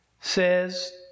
says